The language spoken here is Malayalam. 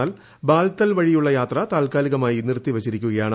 എന്നാൽ ബാൽത്തൽ വഴിയുള്ള യാത്ര താൽക്കാലികമായി നിർത്തിവച്ചിരിക്കുകയാണ്